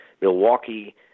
Milwaukee